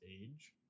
age